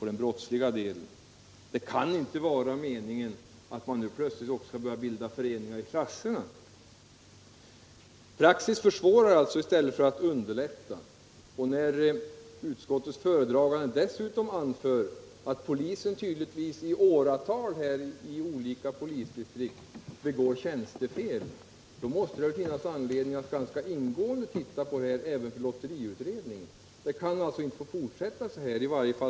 Det kan inte vara meningen att man plötsligt skall behöva bilda föreningar i klasserna! Praxis försvårar alltså i stället för att underlätta. När utskottets föredragande dessutom anför att polisen tydligen i åratal i olika polisdistrikt har begått tjänstefel, måste det finnas anledning även för lotteriutredningen att ingående titta på detta.